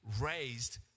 raised